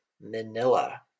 Manila